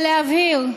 ולהבהיר: